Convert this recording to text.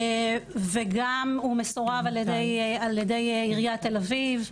גם הוא מסורב על ידי עיריית תל אביב.